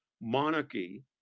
monarchy